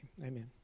Amen